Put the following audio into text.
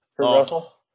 Russell